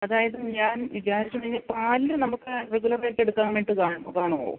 അതായത് ഞാൻ വിചാരിച്ചത് പാല് നമുക്ക് റെഗുലർ ആയിട്ട് എടുക്കാൻ വേണ്ടിയിട്ട് കാണുമോ